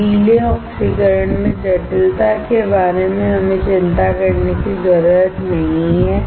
गीले ऑक्सीकरण में जटिलता के बारे में हमें चिंता करने की ज़रूरत नहीं है